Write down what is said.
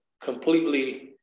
completely